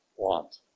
want